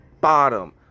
bottom